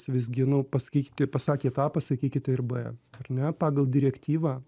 visgi nu pasakykite pasakėt a pasakykite ir b ar ne pagal direktyvą